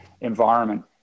environment